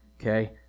Okay